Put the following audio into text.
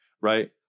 right